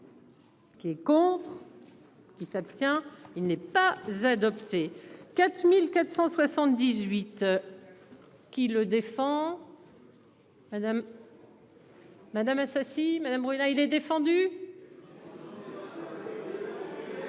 Qui est contre. Qui s'abstient. Il n'est pas Z opté 4478. Qui le défend. Madame. Madame Assassi Madame Bruna il est défendu.